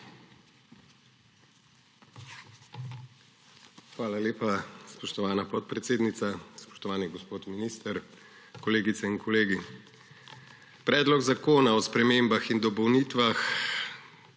Hvala lepa, spoštovana podpredsednica. Spoštovani gospod minister, kolegice in kolegi! Predlog zakona o spremembah in dopolnitvah